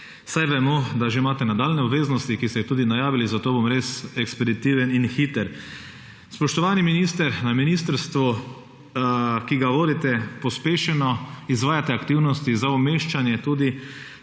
saj vemo, da ima že nadaljnje obveznosti, ki jih je tudi najavili, zato bom res ekspeditiven in hiter. Spoštovani minister, na ministrstvu, ki ga vodite, pospešeno izvajate aktivnosti za umeščanje tudi